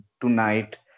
tonight